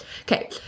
Okay